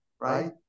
right